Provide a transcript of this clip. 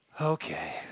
Okay